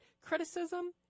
criticism –